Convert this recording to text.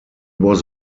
was